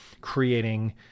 creating